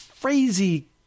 crazy